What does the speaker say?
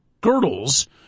girdles